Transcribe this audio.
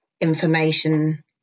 information